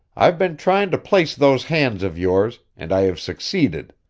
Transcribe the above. i've been trying to place those hands of yours and i have succeeded.